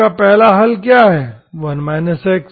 आपका पहला हल क्या है 1 x